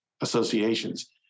associations